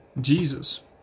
Jesus